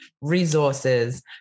resources